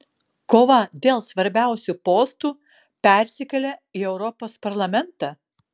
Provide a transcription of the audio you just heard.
kova dėl svarbiausių postų persikelia į europos parlamentą